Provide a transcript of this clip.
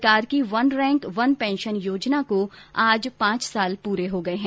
सरकार की one rank one pension योजना को आज पांच साल पूरे हो गए हैं